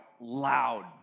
loud